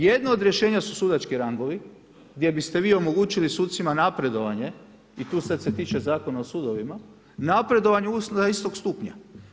Jedno od rješenje su sudački rangovi, gdje biste vi omogućili sucima napredovanje i tu sad se tiče Zakona o sudova, napredovanje do istog stupanja.